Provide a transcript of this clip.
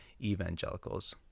evangelicals